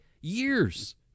years